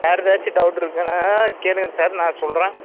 வேறு ஏதாச்சும் டவுட்டு இருக்குதுன்னா கேளுங்கள் சார் நான் சொல்கிறேன்